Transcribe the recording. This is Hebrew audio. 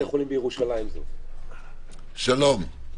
שלום לכם.